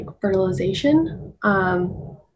fertilization